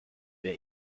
wer